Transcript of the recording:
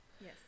Yes